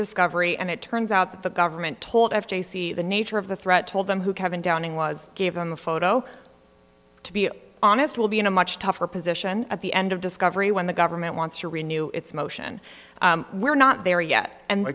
discovery and it turns out that the government told after they see the nature of the threat told them who kevin downing was given the photo to be honest we'll be in a much tougher position at the end of discovery when the government wants to renew its motion we're not there yet and